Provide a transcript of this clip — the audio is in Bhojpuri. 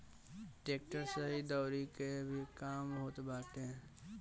टेक्टर से दवरी के भी काम होत बाटे